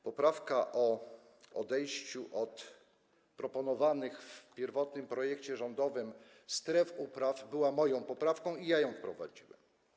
Poprawka o odejściu od proponowanych w pierwotnym projekcie rządowym stref upraw była moją poprawką i ja ją wprowadziłem.